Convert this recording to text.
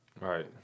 Right